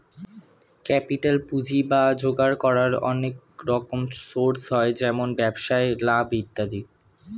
capital বা পুঁজি জোগাড় করার অনেক রকম সোর্স হয়, যেমন ব্যবসায় লাভ ইত্যাদি